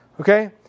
Okay